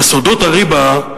וסודות הריבה,